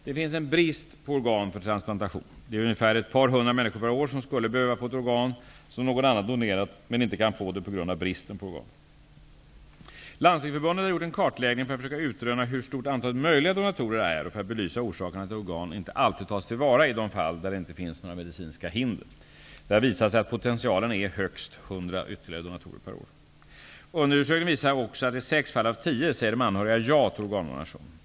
Det finns en brist på organ för transplantation. Det är ungefär ett par hundra människor per år som skulle behöva få ett organ som någon annan donerat, men inte kan få det på grund av bristen på organ. Landstingsförbundet har gjort en kartläggning för att försöka utröna hur stort antalet möjliga donatorer är och för att belysa orsakerna till att organ inte alltid tas tillvara i de fall där det inte finns några medicinska hinder. Det har visat sig att potentialen är högst 100 ytterligare donatorer per år. Undersökningen visar också att i sex fall av tio säger de anhöriga ja till organdonation.